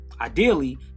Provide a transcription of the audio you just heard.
Ideally